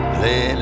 Play